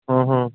ਹੂੰ ਹੂੰ